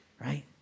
right